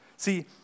See